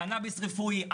קנאביס רפואי,